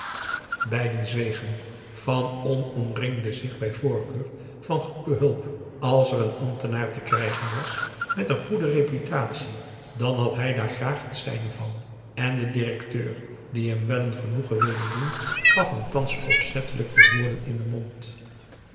beiden zwegen van olm omringde zich bij voorkeur van goede hulp als er een ambtenaar te krijgen was met een goede reputatie dan had hij daar graag het zijne van en de directeur die hem wel een genoegen wilde doen gaf hem thans opzettelijk de woorden in den mond